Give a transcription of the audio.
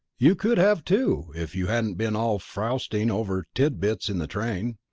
you could have, too, if you hadn't been all frowsting over tit-bits in the train.